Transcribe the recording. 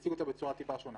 אני אציג אותה בצורה טיפה שונה